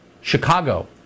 Chicago